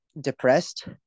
depressed